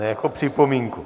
Ne, jako připomínku.